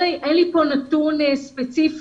אין לי כאן נתון ספציפי,